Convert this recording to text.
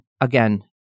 again